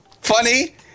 funny